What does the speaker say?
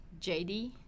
JD